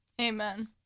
Amen